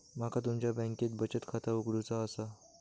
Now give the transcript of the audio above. माका तुमच्या बँकेत बचत खाता उघडूचा असा?